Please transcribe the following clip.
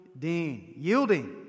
yielding